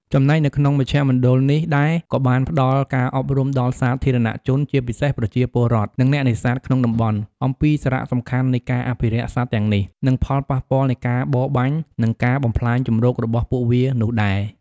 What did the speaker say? ចំណែកនៅក្នុងមជ្ឈមណ្ឌលនេះដែរក៏បានផ្តល់ការអប់រំដល់សាធារណៈជន ជាពិសេសប្រជាពលរដ្ឋ និងអ្នកនេសាទក្នុងតំបន់ អំពីសារៈសំខាន់នៃការអភិរក្សសត្វទាំងនេះ និងផលប៉ះពាល់នៃការបរបាញ់ និងការបំផ្លាញជម្រករបស់ពួកវានោះដែរ ។